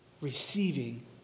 receiving